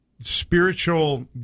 spiritual